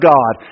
God